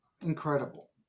incredible